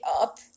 up